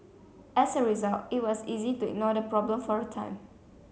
as a result it was easy to ignore the problem for a time